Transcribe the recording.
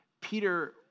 Peter